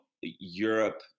Europe